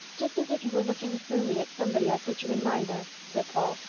just as if you were looking through me at somebody i put you in mind of, said paul,